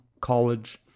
college